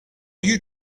you